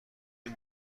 این